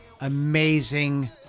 amazing